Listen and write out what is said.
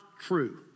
true